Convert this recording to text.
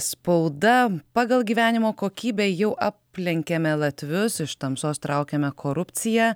spauda pagal gyvenimo kokybę jau aplenkėme latvius iš tamsos traukiame korupciją